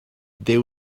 there